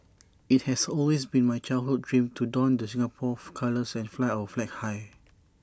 IT has always been my childhood dream to don the Singapore colours and fly our flag high